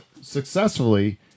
successfully